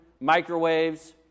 microwaves